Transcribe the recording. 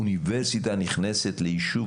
אוניברסיטה נכנסת ליישוב,